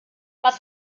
was